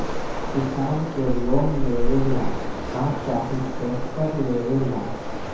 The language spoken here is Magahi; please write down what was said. किसान के लोन लेबे ला का चाही ट्रैक्टर लेबे ला?